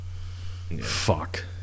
Fuck